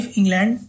England